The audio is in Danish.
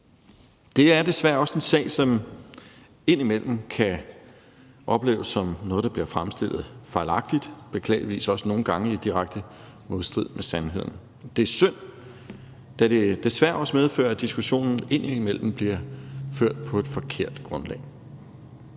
Det er desværre også en sag, som indimellem kan opleves som noget, det bliver fremstillet fejlagtigt – beklageligvis også nogle gange i direkte modstrid med sandheden. Det er synd, da det desværre også medfører, at diskussionen indimellem bliver ført på et forkert grundlag.